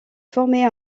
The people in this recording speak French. former